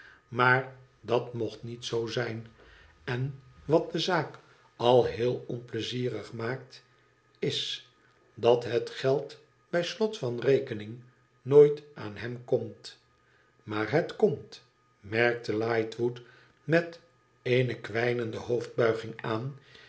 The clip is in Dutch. maar dat mocht niet zoo zijn en wat de zaak al heel onpleixierig maakt is dat het geld bij slot van rekening nooit aan hem komt maar het komt merkte lightwood met eene kwijnende hoofdtnnging aan